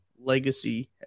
legacy